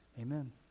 Amen